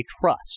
trust